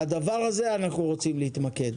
בדבר הזה אנחנו רוצים להתמקד.